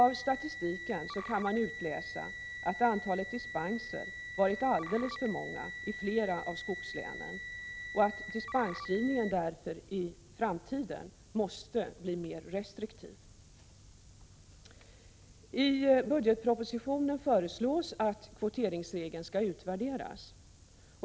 Av statistiken kan man utläsa att antalet dispenser varit alldeles för stort i flera av skogslänen och att dispensgivningen därför i framtiden måste blir mer restriktiv. I budgetpropositionen föreslås att kvoteringsregeln skall utvärderas.